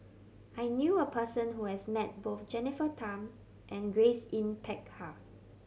I knew a person who has met both Jennifer Tham and Grace Yin Peck Ha